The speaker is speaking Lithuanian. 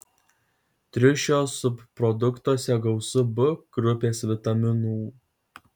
triušio subproduktuose gausu b grupės vitaminų